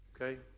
Okay